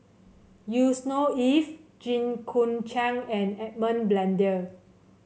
Yusnor Ef Jit Koon Ch'ng and Edmund Blundell